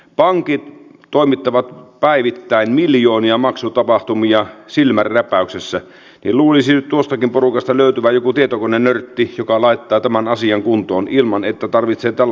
pankit toimittavat päivittäin miljoonia maksutapahtumia silmänräpäyksessä niin luulisi nyt tuostakin porukasta löytyvän joku tietokonenörtti joka laittaa tämän asian kuntoon ilman että tarvitsen tom